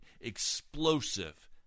explosive